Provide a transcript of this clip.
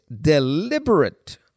deliberate